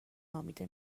نامیده